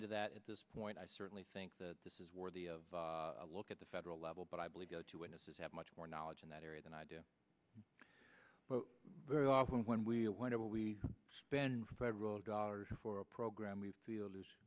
into that at this point i certainly think that this is worthy of a look at the federal level but i believe go to innocence have much more knowledge in that area than i do but very often when we want to we spend federal dollars for a program we feel is